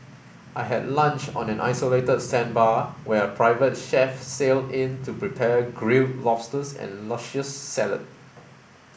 I had lunch on an isolated sandbar where a private chef sailed in to prepare grilled lobsters and luscious salad